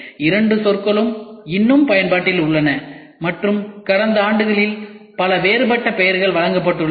இரண்டு சொற்களும் இன்னும் பயன்பாட்டில் உள்ளன மற்றும் கடந்த ஆண்டுகளில் பல வேறுபட்ட பெயர்கள் வழங்கப்பட்டுள்ளன